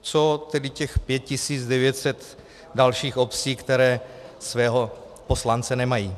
Co tedy těch 5 900 dalších obcí, které svého poslance nemají?